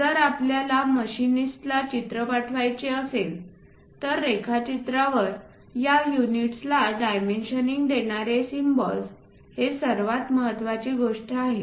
जर आपल्याला मशिनिस्टला चित्र पाठवायचे असेल तर रेखाचित्रांवर या युनिट्स ला डायमेन्शनिंग देणारे सिम्बॉल्स ही सर्वात महत्त्वाची गोष्ट आहे